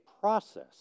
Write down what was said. process